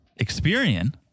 Experian